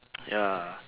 ya